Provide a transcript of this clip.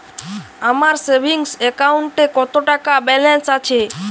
আমার সেভিংস অ্যাকাউন্টে কত টাকা ব্যালেন্স আছে?